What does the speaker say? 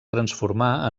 transformar